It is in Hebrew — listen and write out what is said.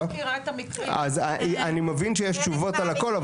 אז אני מבין שיש תשובות על הכל,